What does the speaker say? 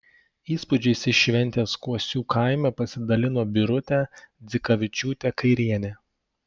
įspūdžiais iš šventės kuosių kaime pasidalino birutė dzikavičiūtė kairienė